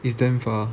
is damn far